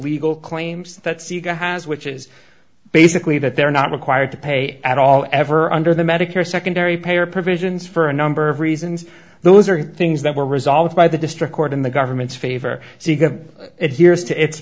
legal claims that sega has which is basically that they're not required to pay at all ever under the medicare secondary payer provisions for a number of reasons those are things that were resolved by the district court in the government's favor so you have it here as to its